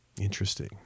Interesting